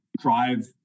drive